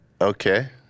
okay